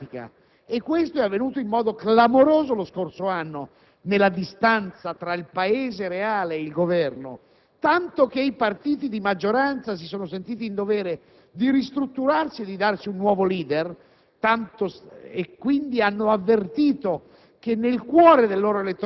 potere. Quando il potere si allontana dalla sua legittimazione democratica (e ciò è avvenuto in modo clamoroso lo scorso anno, quando si è determinata una distanza tra il Paese reale e il Governo, tanto che i partiti di maggioranza si sono sentiti in dovere di ristrutturarsi e di darsi un nuovo *leader*,